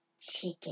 Chicken